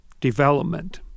development